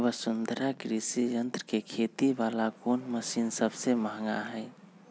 वसुंधरा कृषि यंत्र के खेती वाला कोन मशीन सबसे महंगा हई?